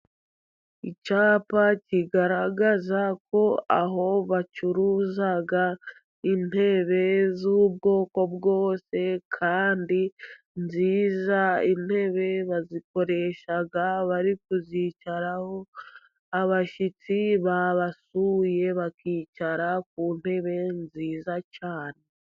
Icyapa kigaragaza ko aho bacuruza intebe z'ubwoko bwose, kandi nziza. Intebe bazikoresha bari kuzicaraho, abashyitsi babasuye bakicara ku ntebe nziza cyane.